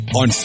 on